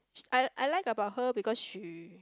I I like about her because she